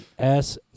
-S